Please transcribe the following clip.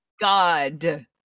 god